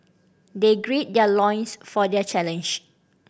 they gird their loins for their challenge